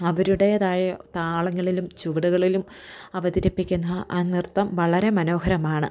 അവരുടെതായ താളങ്ങളിലും ചുവടുകളിലും അവതരിപ്പിക്കുന്ന ആ നൃത്തം വളരെ മനോഹരമാണ്